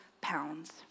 pounds